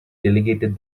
delegated